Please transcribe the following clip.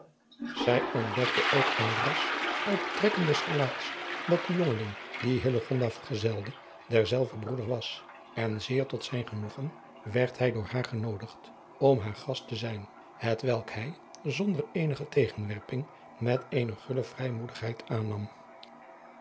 zij ontdekte ook alras uit de trekken des gelaats dat de jongeling die hillegonda vergezelde derzelver broeder was en zeer tot zijn genoegen werd hij door haar genoodigd om haar gast te zijn hetwelk hij zonder eenige tegenwerping met eene gulle vrijmoedigheid aannam